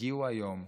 שהגיעו היום,